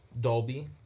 Dolby